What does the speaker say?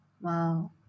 Wow